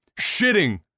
shitting